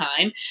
time